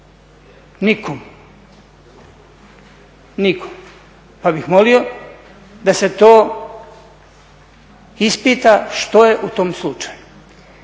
Nikomu. Nikomu, pa bih molio da se to ispita što je u tom slučaju.